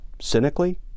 cynically